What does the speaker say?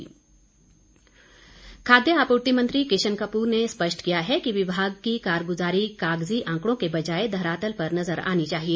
किशन कपूर खाद्य आपूर्ति मंत्री किशन कपूर ने स्पष्ट किया है कि विभाग की कारगुजारी कागजी आंकड़ों के बजाए धरातल पर नजर आनी चाहिए